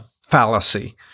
fallacy